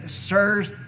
sirs